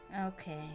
Okay